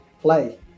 play